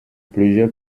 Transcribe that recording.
plusieurs